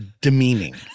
demeaning